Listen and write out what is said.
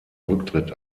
rücktritt